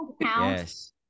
yes